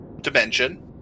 dimension